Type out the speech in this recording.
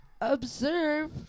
observe